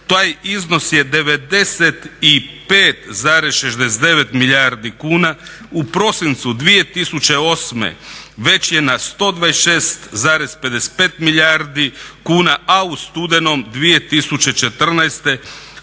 taj iznos je 95,69 milijardi kuna, u prosincu 2008. već je na 126,55 milijardi kuna a u studenom 2014.